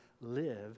live